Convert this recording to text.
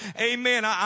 Amen